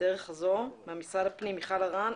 לדרך הזו ממשרד הפנים, מיכל ארן,